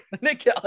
Nick